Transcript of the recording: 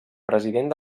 president